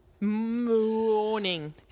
Morning